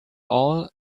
all